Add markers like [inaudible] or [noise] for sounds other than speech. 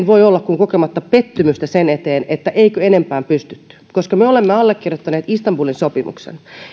[unintelligible] voi olla kokematta pettymystä sen eteen että eikö enempään pystytty koska me me olemme allekirjoittaneet istanbulin sopimuksen